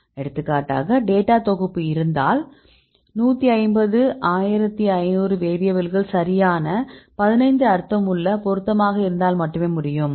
எடுத்துக்காட்டாக டேட்டா தொகுப்பு இருந்தால் 150 1500 வேரியபில்கள் சரியான 15 அர்த்தமுள்ள பொருத்தமாக இருந்தால் மட்டுமே முடியும்